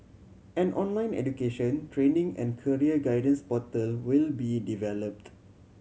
an online education training and career guidance portal will be developed